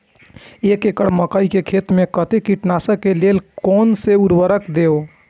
एक एकड़ मकई खेत में कते कीटनाशक के लेल कोन से उर्वरक देव?